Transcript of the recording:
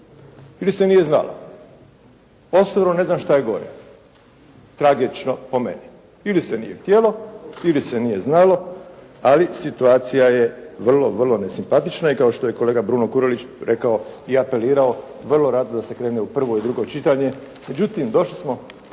ili se nije znalo? Osobno ne znam šta je gore, tragično po meni. Ili se nije htjelo, ili se nije znalo ali situacija je vrlo, vrlo nesimpatična i kao što je kolega Bruno Kurelić rekao i apelirao vrlo rado da se krene u prvo i drugo čitanje. Međutim, došli smo,